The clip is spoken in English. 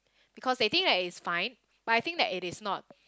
because they think that it's fine but I think that it is not